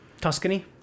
Tuscany